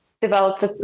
developed